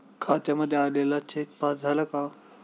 खात्यामध्ये आलेला check pass झाला का?